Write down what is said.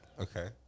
Okay